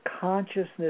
consciousness